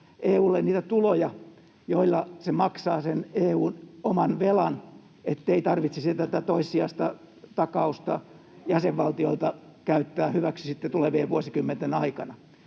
EU:lle niitä tuloja, joilla se maksaa sen EU:n oman velan, ettei tarvitsisi tätä toissijaista takausta jäsenvaltioilta käyttää hyväksi sitten tulevien vuosikymmenten aikana.